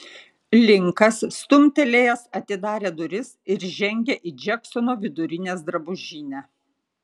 linkas stumtelėjęs atidarė duris ir žengė į džeksono vidurinės drabužinę